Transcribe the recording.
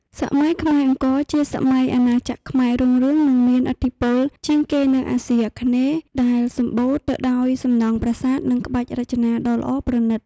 សម័យខ្មែរអង្គរ ជាសម័យដែលអាណាចក្រខ្មែររុងរឿងនិងមានឥទ្ធិពលជាងគេនៅអាសុីអាគ្នេយ៍ ដែលសំបូរទៅដោយសំណង់ប្រាសាទនិងក្បាច់រចនាដ៏ល្អប្រណិត។